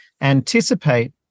anticipate